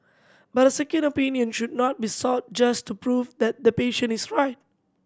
but a second opinion should not be sought just to prove that the patient is right